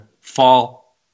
fall